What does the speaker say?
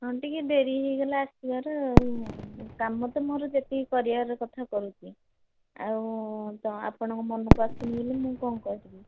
ହଁ ଟିକେ ଡେରି ହେଇଗଲା ଆସିବାରେ ଆଉ କାମ ତ ମୋର ଯେତିକି କରିବାର କଥା କରୁଛି ଆଉ ତ ଆପଣଙ୍କ ମନକୁ ଆସୁନି ବୋଲି ମୁଁ କ'ଣ କରିବି